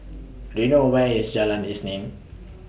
Do YOU know Where IS Jalan Isnin